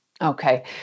Okay